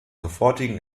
sofortigen